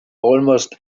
almost